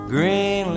Green